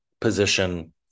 position